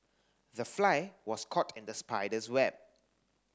the fly was caught in the spider's web